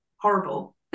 horrible